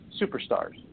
superstars